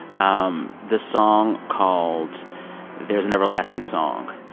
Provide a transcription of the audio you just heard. um the song called there's an everlasting song,